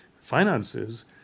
finances